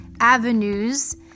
avenues